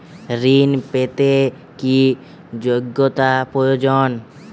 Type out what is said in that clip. ঋণ পেতে কি যোগ্যতা প্রয়োজন?